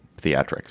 theatrics